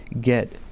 get